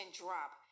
drop